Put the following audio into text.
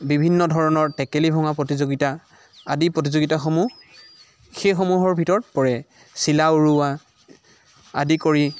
বিভিন্ন ধৰণৰ টেকেলি ভঙা প্ৰতিযোগিতা আদি প্ৰতিযোগিতাসমূহ সেই সমূহৰ ভিতৰত পৰে চিলা উৰুৱা আদি কৰি